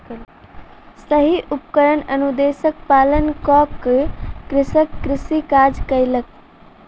सही उपकरण अनुदेशक पालन कअ के कृषक कृषि काज कयलक